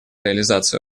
реализации